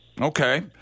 Okay